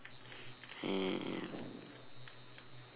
mm